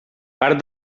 part